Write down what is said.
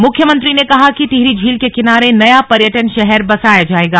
मुख्यमंत्री ने कहा कि टिहरी झील के किनारे नया पर्यटन शहर बसाया जाएगा